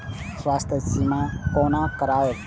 स्वास्थ्य सीमा कोना करायब?